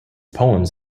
poems